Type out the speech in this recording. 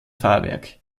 fahrwerk